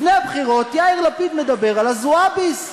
יאיר לפיד מדבר על ה"זועביז",